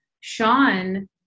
Sean